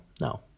No